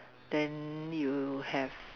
then you have